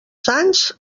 sants